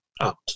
out